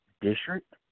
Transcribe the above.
district